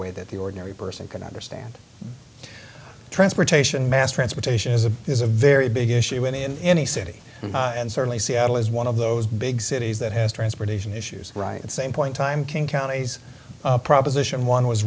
way that the ordinary person can understand transportation mass transportation is a is a very big issue in any city and certainly seattle is one of those big cities that has transportation issues right and same point time king county's proposition